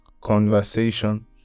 conversation